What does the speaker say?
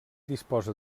disposa